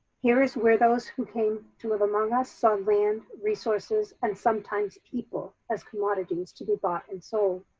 here is where those who came to live among us on land resources and sometimes people as commodities to be bought and sold.